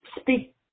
speak